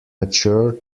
mature